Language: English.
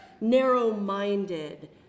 narrow-minded